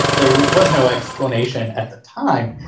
there was no explanation at the time.